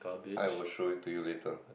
I will show it to you later